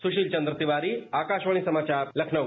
सुशील चन्द्र तिवारी आकाशवाणी समाचार लखनऊ